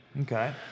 Okay